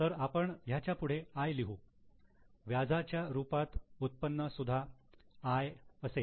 तर आपण ह्याच्यापुढे "I" लिहू व्याजाच्या रुपातले उत्पन्न सुद्धा 'I' असेल